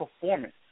performance